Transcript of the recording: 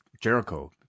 Jericho